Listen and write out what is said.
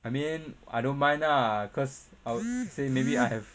I mean I don't mind lah cause I will say maybe I have